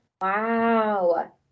Wow